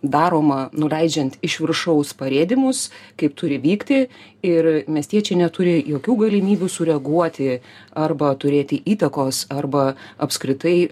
daroma nuleidžiant iš viršaus parėdymus kaip turi vykti ir miestiečiai neturi jokių galimybių sureaguoti arba turėti įtakos arba apskritai